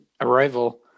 Arrival